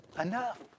enough